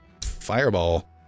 fireball